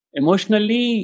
emotionally